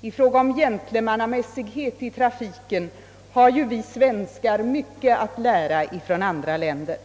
I fråga om gentlemannamässighet i trafiken har ju vi svenskar mycket att lära av andra folk.